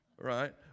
Right